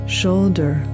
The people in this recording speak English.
shoulder